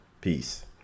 peace